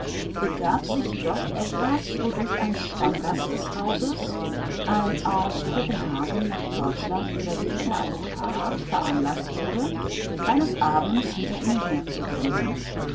begab sich doch etwas wodurch ein stammgast des hauses ein aus kopenhagen nach deutschland übersiedelter advocat veranlaßt wurde eines abends hinter ihnen her zu grinsen